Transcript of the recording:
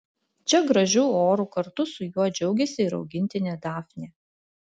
čia gražiu oru kartu su juo džiaugiasi ir augintinė dafnė